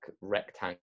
rectangle